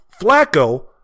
Flacco